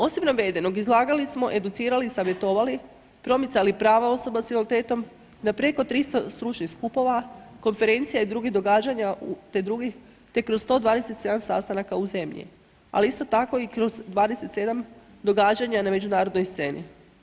Osim navedenog, izlagali smo, educirali, savjetovali, promicali prava osoba s invaliditetom na preko 300 stručnih skupova, konferencija i drugih događanja te drugih, te kroz 127 sastanaka u zemlji, ali isto tako i kroz 27 događanja na međunarodnoj sceni.